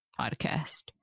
podcast